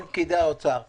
כל פיקיד האוצר -- לא,